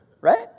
Right